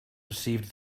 received